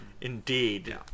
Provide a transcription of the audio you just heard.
indeed